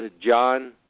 John